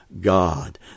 god